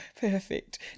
Perfect